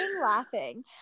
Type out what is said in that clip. laughing